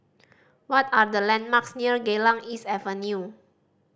what are the landmarks near Geylang East Avenue